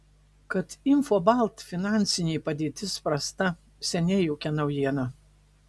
kad infobalt finansinė padėtis prasta seniai jokia naujiena